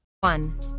one